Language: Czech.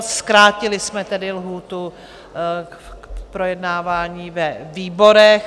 Zkrátili jsme tedy lhůtu k projednávání ve výborech.